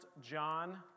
John